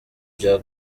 bya